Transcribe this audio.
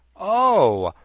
oh!